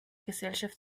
gesellschaft